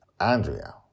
Andrea